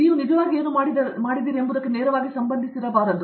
ಅವರು ನಿಜವಾಗಿ ಏನು ಮಾಡಿದ್ದಾರೆಂಬುದನ್ನು ನೇರವಾಗಿ ಸಂಬಂಧಿಸಬಾರದು